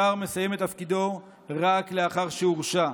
שר מסיים את תפקידו רק לאחר שהורשע.